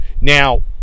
Now